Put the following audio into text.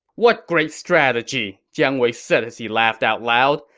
what great strategy! jiang wei said as he laughed out loud.